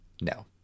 No